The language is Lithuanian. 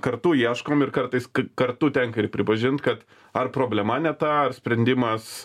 kartu ieškom ir kartais kartu tenka ir pripažint kad ar problema ne ta ar sprendimas